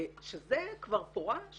שזה כבר פורש